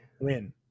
Win